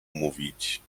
mówić